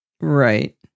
Right